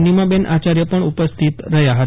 નીમાબેન આચાર્ય પણ ઉપસ્થિત રહ્યા હતા